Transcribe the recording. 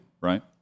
right